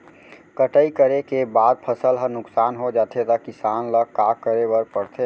कटाई करे के बाद फसल ह नुकसान हो जाथे त किसान ल का करे बर पढ़थे?